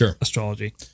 astrology